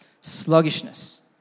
Sluggishness